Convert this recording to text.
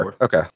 okay